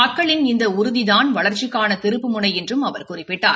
மக்களின் இந்த உறுதிதான் வளா்ச்சிக்கான திருப்பு முனை என்றும் அவர் குறிப்பிட்டார்